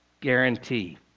guarantee